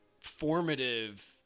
formative